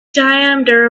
diameter